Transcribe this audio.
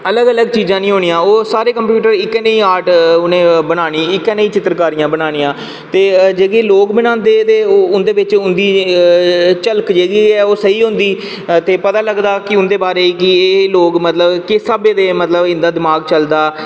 अलग अलग चीज़ां निं होनियां ओह् सारे कंप्यूटर इक्कै नेही आर्ट उनें बनानी ही ते भी चित्रकारी बनानियां ते जेह्के लोक बनांदे ते ओह् उंदे बिच झलक जेह्की ओह् स्हेई होंदी ते पता लगदा की उंदे बारे च लोग की किस स्हाबै दे इंदा दमाग चलदा